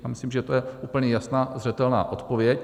Já myslím, že to je úplně jasná, zřetelná odpověď.